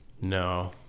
No